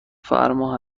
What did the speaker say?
فرما